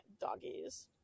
doggies